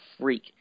freak